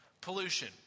Pollution